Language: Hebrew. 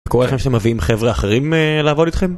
קורה לכם שמביאים חבר'ה אחרים לעבוד איתכם?